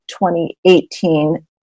2018